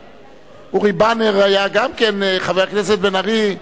אורי בנר היה גם כן, חבר הכנסת בן-ארי.